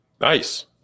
nice